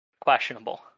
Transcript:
questionable